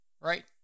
right